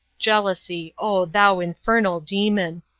jealousy, oh! thou infernal demon!